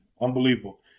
Unbelievable